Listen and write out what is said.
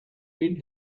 been